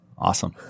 Awesome